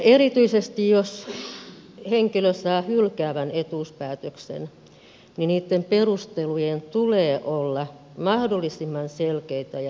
erityisesti jos henkilö saa hylkäävän etuuspäätöksen niitten perustelujen tulee olla mahdollisimman selkeitä ja ymmärrettäviä